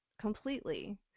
completely